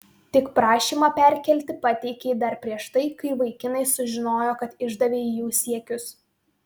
tik prašymą perkelti pateikei dar prieš tai kai vaikinai sužinojo kad išdavei jų siekius